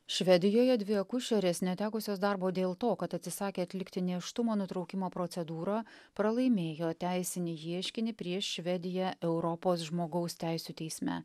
švedijoje dvi akušerės netekusios darbo dėl to kad atsisakė atlikti nėštumo nutraukimo procedūrą pralaimėjo teisinį ieškinį prieš švediją europos žmogaus teisių teisme